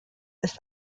ist